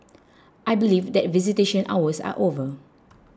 I believe that visitation hours are over